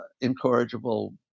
incorrigible